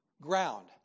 ground